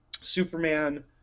Superman